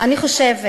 אני חושבת